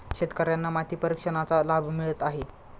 शेतकर्यांना माती परीक्षणाचा लाभ मिळत आहे